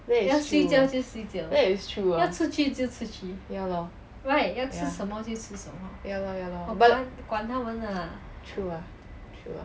that is true that is true ya lor true ah true ah